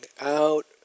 out